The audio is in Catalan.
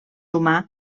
humà